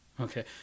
Okay